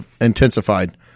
intensified